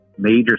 major